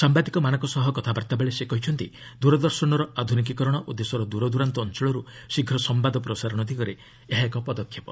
ସାୟାଦିକମାନଙ୍କ ସହ କଥାବାର୍ତ୍ତା ବେଳେ ସେ କହିଛନ୍ତି ଦୂରଦର୍ଶନର ଆଧୁନିକୀକରଣ ଓ ଦେଶର ଦୂରଦୂରାନ୍ତ ଅଞ୍ଚଳରୁ ଶୀଘ୍ର ସମ୍ଭାଦ ପ୍ରସାରଣ ଦିଗରେ ଏହା ଏକ ପଦକ୍ଷେପ